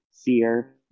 fear